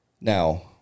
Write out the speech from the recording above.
Now